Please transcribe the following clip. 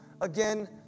again